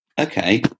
okay